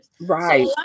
Right